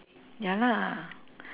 ya lah